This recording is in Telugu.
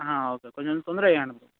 ఓకే కొంచెం తొందరగా చేయండి బ్రో